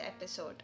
episode